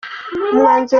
umwanzuro